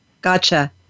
Gotcha